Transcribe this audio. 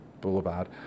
Boulevard